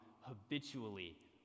habitually